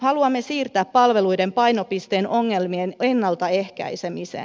haluamme siirtää palveluiden painopisteen ongelmien ennaltaehkäisemiseen